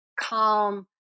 calm